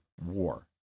War